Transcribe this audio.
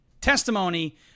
testimony